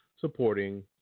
supporting